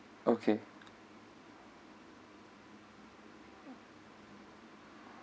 okay